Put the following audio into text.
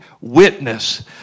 witness